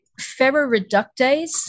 ferroreductase